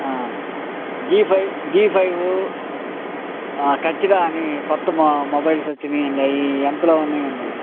G five G five touch కానీ క్రొత్త మొ మొబైల్స్ వచ్చినాయి అండి అవి ఎంతలో ఉన్నాయి అండి